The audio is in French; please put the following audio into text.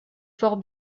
fort